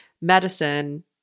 medicine